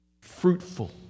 Fruitful